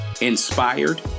inspired